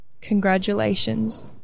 Congratulations